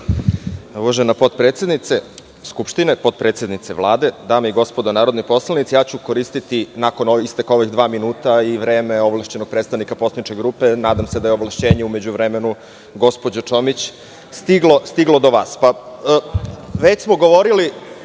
Uvažena potpredsednice Skupštine, potpredsednice Vlade, dame i gospodo narodni poslanici, nakon isteka ovih dva minuta koristiću i vreme ovlašćenog predstavnike poslaničke grupe. Nadam se da je ovlašćenje u međuvremenu gospođo Čomić stiglo do vas. Već